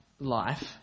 life